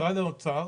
משרד האוצר,